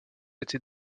était